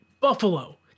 Buffalo